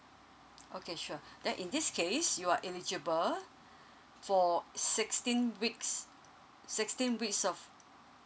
okay sure then in this case you are eligible for sixteen weeks sixteen week of